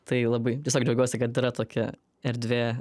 tai labai tiesiog džiaugiuosi kad yra tokia erdvė